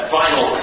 final